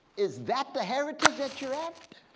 is that the heritage that you're after?